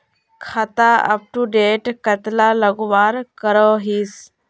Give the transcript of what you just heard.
खाता अपटूडेट कतला लगवार करोहीस?